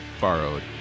Borrowed